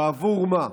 ובעבור מה?